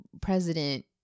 President